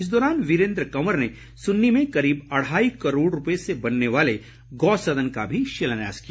इस दौरान वीरेंद्र कंवर ने सुन्नी में करीब अढ़ाई करोड़ रुपये से बनने वाले गौसदन का भी शिलान्यास किया